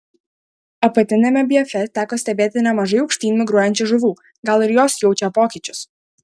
apatiniame bjefe teko stebėti nemažai aukštyn migruojančių žuvų gal ir jos jaučia pokyčius